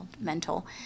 mental